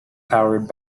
powered